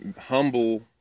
humble